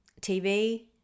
TV